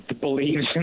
believes